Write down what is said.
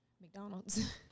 McDonald's